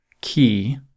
key